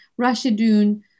Rashidun